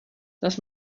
das